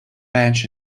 bench